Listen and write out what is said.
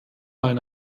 eine